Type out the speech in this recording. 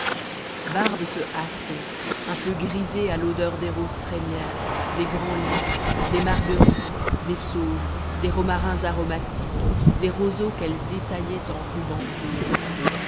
barbe se hâtait un peu grisée à l'odeur des rosés trémières des grands lis des marguerites des sauges des romarins aromatiques des roseaux qu'elle détaillait en rubans courts